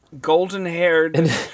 golden-haired